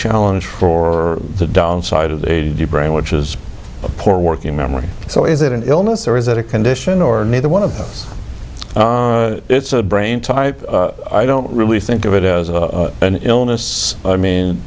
challenge for the downside of the brain which is a poor working memory so is it an illness or is it a condition or neither one of those it's a brain type i don't really think of it as an illness i mean